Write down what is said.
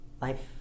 life